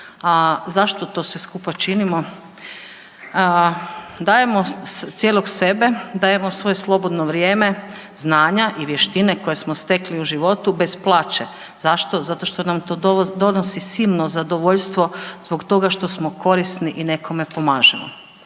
zašto to sve skupa činimo? Dajemo cijelog sebe, dajemo svoje slobodno vrijeme, znanja i vještine koje smo stekli u životu bez plaće. Zašto? Zato što nam to donosi silno zadovoljstvo zbog toga što smo korisni i nekome pomažemo.